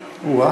2013, עברה,